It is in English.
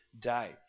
day